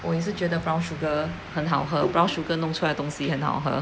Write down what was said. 我也是觉得 brown sugar 很好喝 brown sugar 弄出来的东西很好喝